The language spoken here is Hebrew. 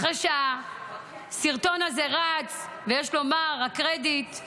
אחרי שהסרטון הזה רץ, ויש לומר, הקרדיט הוא